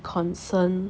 concern